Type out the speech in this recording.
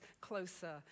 closer